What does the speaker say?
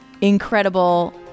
incredible